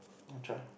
I'll try